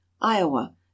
Iowa